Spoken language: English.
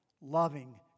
loving